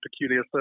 peculiar